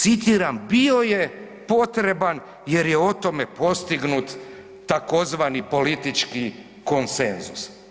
Citiram, bio je potreban jer je o tome postignut tzv. politički konsenzus.